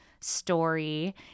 story